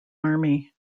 army